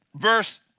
Verse